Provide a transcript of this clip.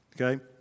Okay